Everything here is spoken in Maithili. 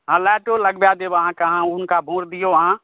हँ लाइटो लगबा देब अहाँके अहाँ हुनका वोट दियौ अहाँ